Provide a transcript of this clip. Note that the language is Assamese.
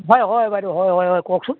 হয় হয় বাইদেউ হয় হয় হয় কওকচোন